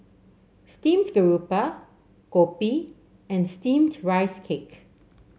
Steamed Garoupa kopi and steamed Rice Cake